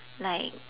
like